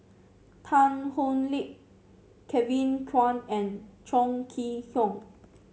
Tan Thoon Lip Kevin Kwan and Chong Kee Hiong